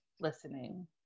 listening